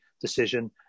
decision